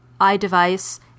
iDevice